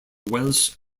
welsh